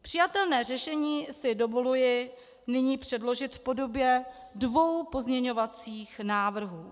Přijatelné řešení si dovoluji nyní předložit v podobě dvou pozměňovacích návrhů.